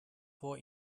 vor